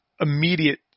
immediate –